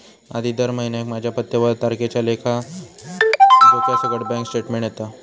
आधी दर महिन्याक माझ्या पत्त्यावर तारखेच्या लेखा जोख्यासकट बॅन्क स्टेटमेंट येता